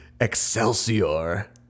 Excelsior